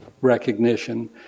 recognition